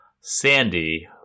sandy